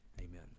Amen